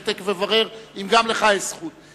אני תיכף אברר אם גם לך יש זכות.